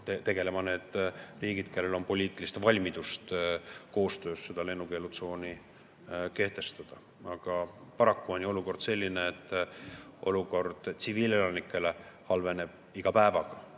tegelema need riigid, kellel on poliitilist valmidust koostöös seda lennukeelutsooni kehtestada. Aga paraku on olukord selline, et tsiviilelanike olukord halveneb iga päevaga.